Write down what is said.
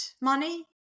money